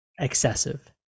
excessive